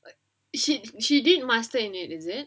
she she did master in it is it